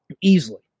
easily